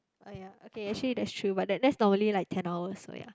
orh ya okay actually that's true but that that's normally like ten hours so ya